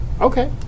okay